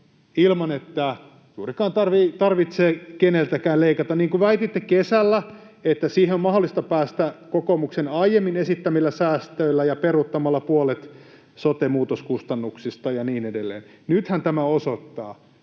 ilman, että juurikaan tarvitsee keneltäkään leikata, niin kuin väititte kesällä, että siihen on mahdollista päästä kokoomuksen aiemmin esittämillä säästöillä ja peruuttamalla puolet sote-muutoskustannuksista ja niin edelleen, mutta nythän tämä osoittaa,